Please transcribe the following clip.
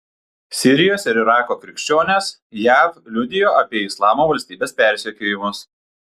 sirijos ir irako krikščionės jav liudijo apie islamo valstybės persekiojimus